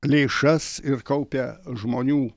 lėšas ir kaupia žmonių